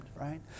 right